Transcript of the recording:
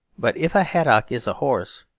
but if a haddock is a horse,